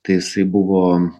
tai jisai buvo